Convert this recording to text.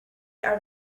are